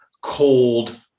cold